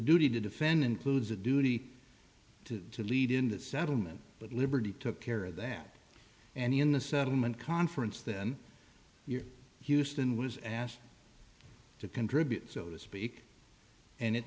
duty to defend includes a duty to lead in that settlement but liberty took care of that and in the settlement conference then your houston was asked to contribute so to speak and it